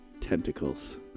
tentacles